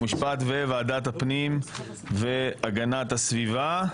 חוקה ומשפט וועדת הפנים והגנת הסביבה.